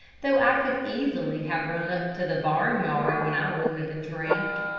though i could easily have run up to the barnyard when i wanted a drink.